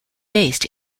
based